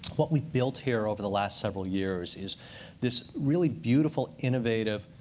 what we've built here over the last several years is this really beautiful, innovative